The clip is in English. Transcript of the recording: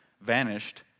vanished